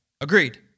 Agreed